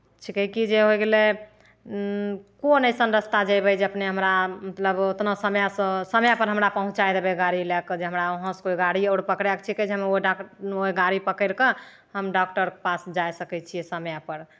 छिकै की जे होइ गेलै कोन अइसन रस्ता जयबै जे अपने हमरा मतलब ओतना समयसँ समयपर हमरा पहुँचाइ देबै गाड़ी लए कऽ जे हमरा ओहाँसँ कोइ गाड़ी आओर पकड़यके छिकै जे हम ओ डाक् ओहि गाड़ी पकड़ि कऽ हम डाक्टर पास जाए सकै छियै समयपर